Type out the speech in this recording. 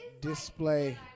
display